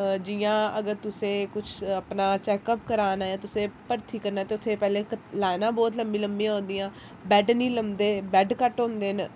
ऐ जि'यां अगर तुसें किश अपना चैक्क अप कराना ऐ तुसें भर्ती करना ते उत्थें पैह्लें लाइनां बहुत लम्बी लंबियां होंदियां बैड्ड निं लभदे बैड्ड बड़े घट्ट होंदे न